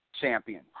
champion